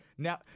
Now